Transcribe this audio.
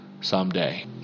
someday